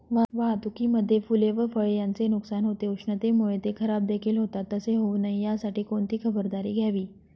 वाहतुकीमध्ये फूले व फळे यांचे नुकसान होते, उष्णतेमुळे ते खराबदेखील होतात तसे होऊ नये यासाठी कोणती खबरदारी घ्यावी?